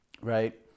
right